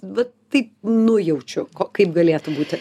va taip nujaučiu ko kaip galėtų būti